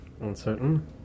Uncertain